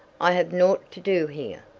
i have naught to do here,